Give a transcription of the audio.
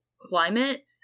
climate